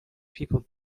people